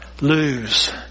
lose